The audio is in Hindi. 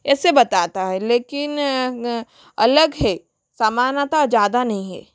ऐसे बताता है लेकिन अलग है सामानता ज़्यादा नहीं है